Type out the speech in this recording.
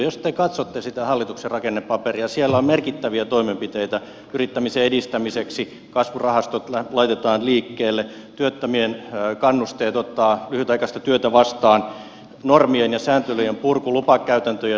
jos te katsotte sitä hallituksen rakennepaperia siellä on merkittäviä toimenpiteitä yrittämisen edistämiseksi kasvurahastot laitetaan liikkeelle työttömien kannusteet ottaa lyhytaikaista työtä vastaan normien ja sääntelyjen purku lupakäytäntöjen nopeuttaminen